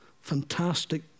fantastic